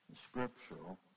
scriptural